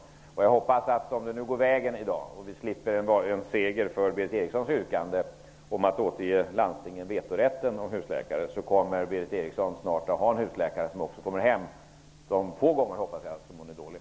Om det nu går vägen i dag, vilket jag hoppas, och vi slipper en seger för Berith Erikssons yrkande om att återge landstingen vetorätten om husläkare kommer Berith Eriksson snart att ha en husläkare som också kommer hem de förhoppningsvis få gånger som hon blir dålig.